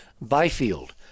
Byfield